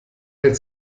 hält